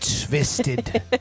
twisted